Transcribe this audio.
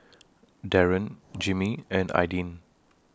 Daron Jimmie and Aidyn